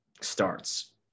starts